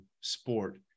sport